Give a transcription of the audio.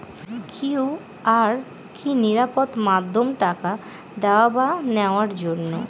QR কি নিরাপদ মাধ্যম টাকা দেওয়া বা নেওয়ার জন্য?